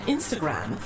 Instagram